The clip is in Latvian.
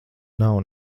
nav